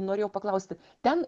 norėjau paklausti ten